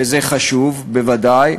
וזה חשוב, בוודאי,